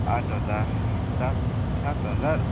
आठ हजार सात सात हजार